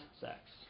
sex